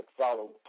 follow